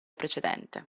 precedente